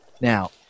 Now